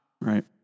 Right